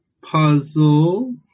puzzle